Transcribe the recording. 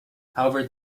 however